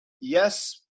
yes